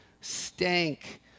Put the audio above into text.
stank